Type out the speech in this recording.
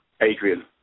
Adrian